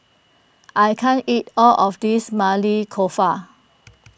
I can't eat all of this Maili Kofta